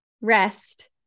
rest